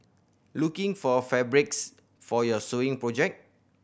looking for fabrics for your sewing project